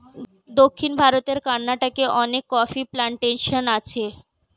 দক্ষিণ ভারতের কর্ণাটকে অনেক কফি প্ল্যান্টেশন আছে